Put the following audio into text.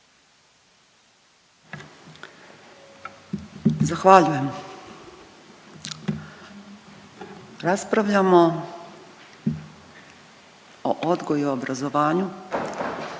Zahvaljujem. Raspravljamo o odgoju i obrazovanju